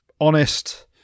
Honest